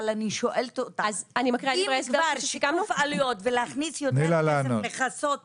אם כבר שיקוף עלויות ולהכניס יותר כסף לכסות